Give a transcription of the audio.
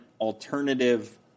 alternative